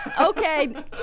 okay